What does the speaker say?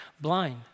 blind